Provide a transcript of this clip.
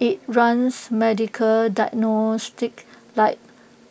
IT runs medical diagnostics like